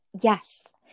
Yes